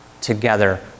together